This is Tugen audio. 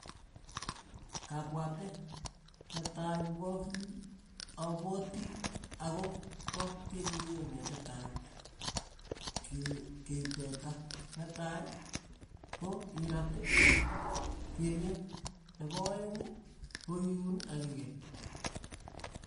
Kapwate netai kokakiil apwati ako pa kekekeen netitan ke- kee teta, netai ko irat kelyek, nepo aeng, ko iuun ak kikei.